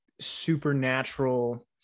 supernatural